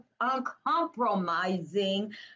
uncompromising